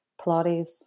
Pilates